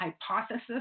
hypothesis